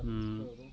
ହୁଁ